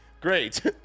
great